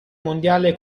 mondiale